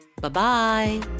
Bye-bye